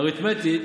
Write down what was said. אריתמטית,